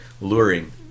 luring